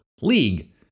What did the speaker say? League